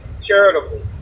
charitable